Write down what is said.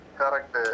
correct